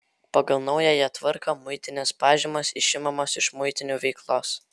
pagal naująją tvarką muitinės pažymos išimamos iš muitinių veiklos